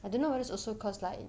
I don't know what is also cause like